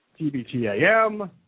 TBTAM